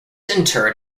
interred